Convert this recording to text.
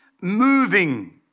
moving